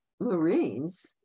marines